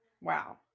Wow